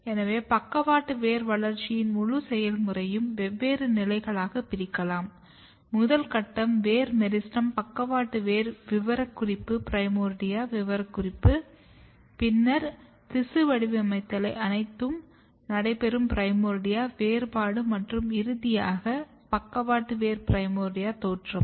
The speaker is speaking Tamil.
எனவே பக்கவாட்டு வேர் வளர்ச்சியின் முழு செயல்முறையும் வெவ்வேறு நிலைகளாக பிரிக்கலாம் முதல் கட்டம் வேர் மெரிஸ்டெம் பக்கவாட்டு வேர் விவரக்குறிப்பு பிரைமோர்ர்டியா விவரக்குறிப்பு பின்னர் திசு வடிவமைத்தல் அனைத்தும் நடைபெறும் பிரைமோர்ர்டியா வேறுபாடு மற்றும் இறுதியாக பக்கவாட்டு வேர் பிரைமோர்டியா தோற்றம்